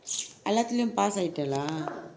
எல்லாத்திலையும்:ellathilayum pass ஆயிட்டியா:aayittiyaa lah